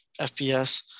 FPS